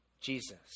Jesus